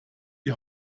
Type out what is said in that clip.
die